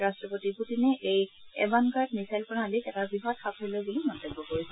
ৰাট্টপতি পুটিনে এই এবানগাৰ্ড মিছাইল প্ৰণালীক এটা বৃহৎ সাফল্য বুলি মন্তব্য কৰিছে